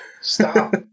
Stop